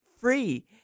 free